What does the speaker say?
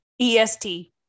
EST